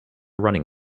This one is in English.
running